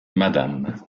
mme